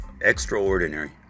extraordinary